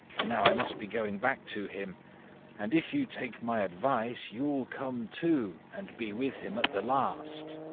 and now i must be going back to him and, if you take my advice, you'll come too and be with him at the last.